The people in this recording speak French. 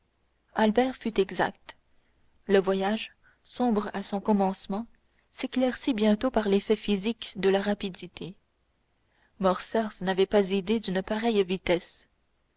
albert fut exact le voyage sombre à son commencement s'éclaircit bientôt par l'effet physique de la rapidité morcerf n'avait pas idée d'une pareille vitesse